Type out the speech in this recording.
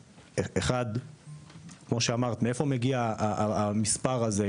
1. מאיפה מגיע המספר הזה?